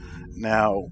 Now